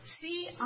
See